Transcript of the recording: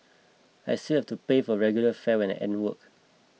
I still have to pay for regular fare when I end work